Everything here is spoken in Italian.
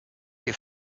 che